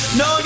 no